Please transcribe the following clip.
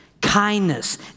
kindness